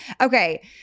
okay